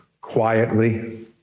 quietly